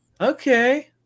okay